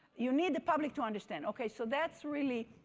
you need the public to understand, okay. so that's really,